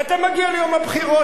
ואתה מגיע ליום הבחירות,